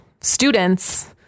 students